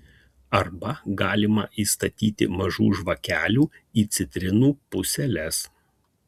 arba galima įstatyti mažų žvakelių į citrinų puseles